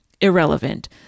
irrelevant